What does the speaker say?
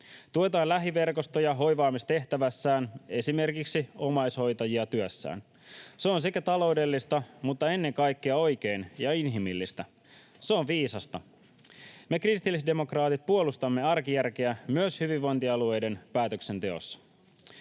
Tuetaan lähiverkostoja hoivaamistehtävässään, esimerkiksi omaishoitajia työssään. Se on sekä taloudellista mutta ennen kaikkea oikein ja inhimillistä. Se on viisasta. Me kristillisdemokraatit puolustamme arkijärkeä myös hyvinvointialueiden päätöksenteossa.